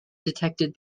detected